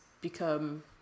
become